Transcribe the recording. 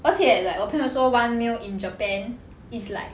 而且 like 我朋友说 one meal in japan is like